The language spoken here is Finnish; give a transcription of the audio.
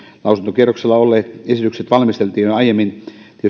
lausuntokierroksella olleet esitykset valmisteltiin tietysti jo aiemmin